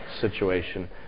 situation